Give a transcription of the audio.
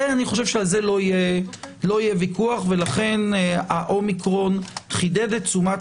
אני חושב שעל זה לא יהיה ויכוח לכן האומיקורן חידד תשומת